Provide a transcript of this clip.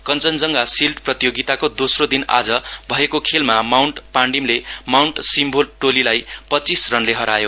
Kanchenjunga shield प्रतियोगिताको दोश्रो दिन आज भएको खेलमा माउण्ट पाण्डीमले माउण्ट सिम्भो टोलीलाई पञ्चीस रनले हरायो